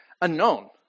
unknown